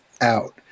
out